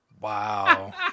Wow